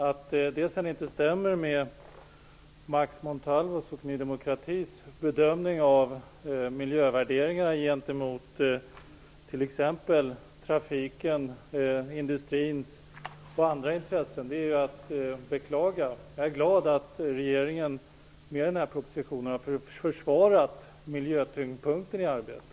Att det sedan inte stämmer med Max Montalvos och Ny demokratis avvägning av miljövärderingarna gentemot t.ex. trafikens, industrins och andras intressen är bara att beklaga. Jag är glad att regeringen med den här propositionen har försvarat miljötyngdpunkten i arbetet.